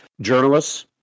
journalists